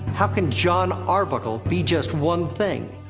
how can jon arbuckle be just one thing?